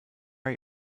our